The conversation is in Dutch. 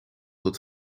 het